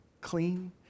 clean